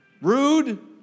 rude